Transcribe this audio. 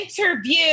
interview